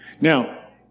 Now